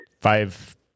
five